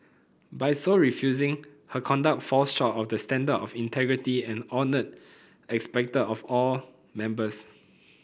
by so refusing her conduct falls short of the standard of integrity and honour expected of all members